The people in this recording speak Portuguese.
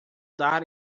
dar